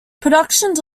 productions